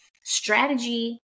Strategy